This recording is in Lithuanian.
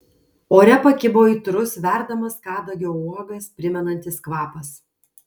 ore pakibo aitrus verdamas kadagio uogas primenantis kvapas